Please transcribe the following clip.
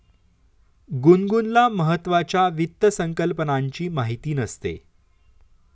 गुनगुनला महत्त्वाच्या वित्त संकल्पनांची माहिती नसते